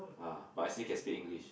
ah but I still can speak English